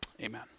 Amen